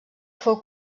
fou